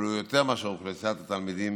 אבל זה יותר מאשר אוכלוסיית התלמידים